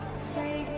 say